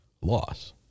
loss